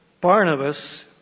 Barnabas